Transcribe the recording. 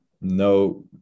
No